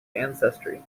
ancestry